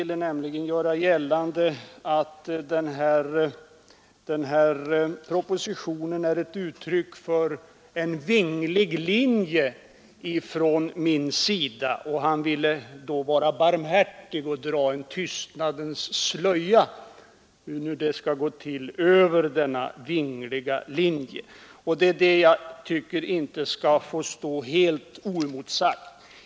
Herr Ekinge ville göra gällande att propositionen är ett uttryck för en vinglig linje från min sida, och han ville vara barmhärtig och dra en tystnadens slöja över denna vingliga linje — hur detta nu skall gå till. Det är detta som jag tycker inte bör stå helt oemotsagt.